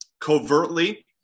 covertly